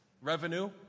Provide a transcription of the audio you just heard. revenue